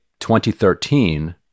2013